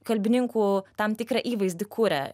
kalbininkų tam tikrą įvaizdį kuria